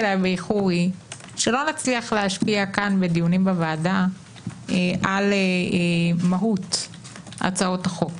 שלא נצליח להשפיע כאן בדיונים בוועדה על מהות הצעות החוק.